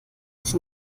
sich